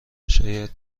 شاید